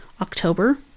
october